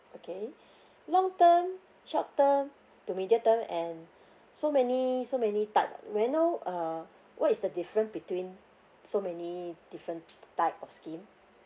okay long term short term to medium term and so many so many type lah may I know uh what is the difference between so many different type of scheme